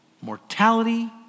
mortality